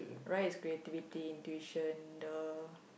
right is creativity and intuition the